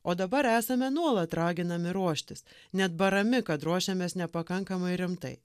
o dabar esame nuolat raginami ruoštis net barami kad ruošiamės nepakankamai rimtai